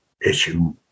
issue